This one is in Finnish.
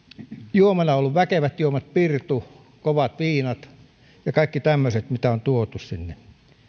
juomana ovat olleet väkevät juomat pirtu kovat viinat ja kaikki tämmöiset mitä on tuotu sinne